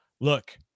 look